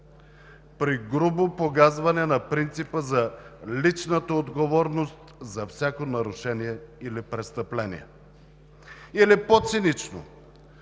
при грубо погазване на принципа на личната отговорност за всяко нарушение или престъпление. Или по цинично